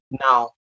now